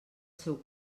seu